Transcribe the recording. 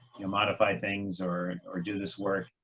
you know, modify things or or do this work,